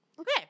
Okay